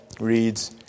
Reads